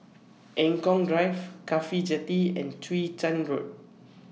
Eng Kong Drive Cafhi Jetty and Chwee Chian Road